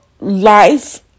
life